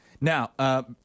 Now